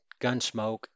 Gunsmoke